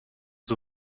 the